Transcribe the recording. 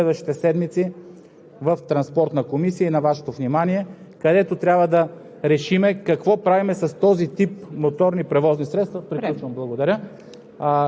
за автомобилните превози, остава нерешен въпросът – казвам го само за информация, колеги, с един тип моторни превозни средства – 8+1, който ще се стовари отново следващите седмици